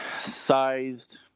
sized